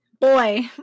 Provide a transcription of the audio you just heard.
Boy